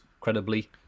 credibly